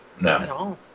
No